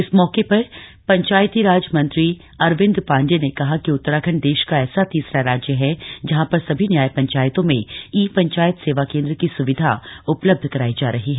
इस मौके पर पंचायतीराज मंत्री अरविन्द पाण्डेय ने कहा कि उत्तराखण्ड देश का ऐसा तीसरा राज्य है जहां पर सभी न्याय पंचायतों में ई पंचायत सेवा केन्द्र की सुविधा उपलब्ध कराई जा रही है